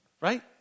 right